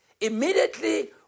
immediately